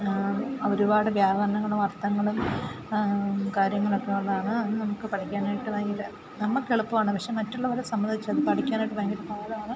ഒരുപാട് വ്യാകരണങ്ങളും അർത്ഥങ്ങളും കാര്യങ്ങളൊക്കെ ഉള്ളതാണ് നമുക്ക് പഠിക്കാനായിട്ട് ഭയങ്കര നമുക്കെളുപ്പമാണ് പക്ഷെ മറ്റുള്ളവരെ സംബന്ധിച്ച് അത് പഠിക്കാനായിട്ട് ഭയങ്കര പാടാണ്